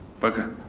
but